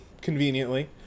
conveniently